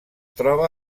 troba